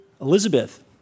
Elizabeth